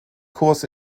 kurs